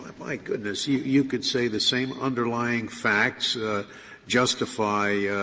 um my goodness. you you could say the same underlying facts justify,